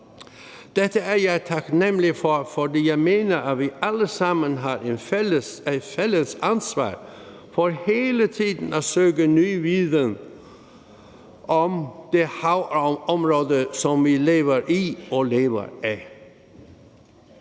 Dette er jeg taknemlig for, for jeg mener, at vi alle sammen har et fælles ansvar for hele tiden at søge ny viden om det havområde, som vi lever i og lever af.